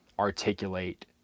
Articulate